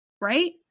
Right